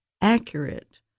accurate